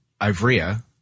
Ivrea